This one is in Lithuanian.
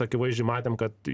akivaizdžiai matėm kad